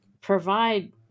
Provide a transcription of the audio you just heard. provide